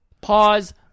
pause